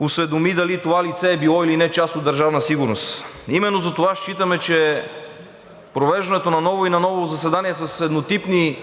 осведоми дали това лице е било, или не е част от Държавна сигурност. Затова считаме, че провеждането на ново и на ново заседание с еднотипни